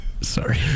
Sorry